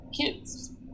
kids